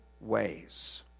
ways